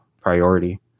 priority